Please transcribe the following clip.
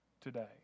Today